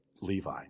Levi